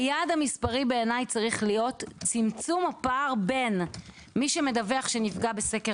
היעד המספרי צריך להיות צמצום הפער בין מי שמדווח שנפגע בסקר